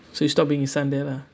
so you stopped being his son there lah